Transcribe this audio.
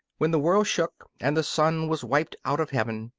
when the world shook and the sun was wiped out of heaven,